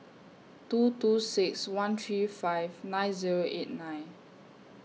two two six one three five nine Zero eight nine